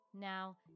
Now